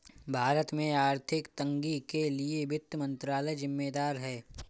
भारत में आर्थिक तंगी के लिए वित्त मंत्रालय ज़िम्मेदार है